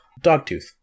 Dogtooth